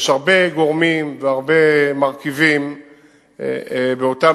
יש הרבה גורמים והרבה מרכיבים באותן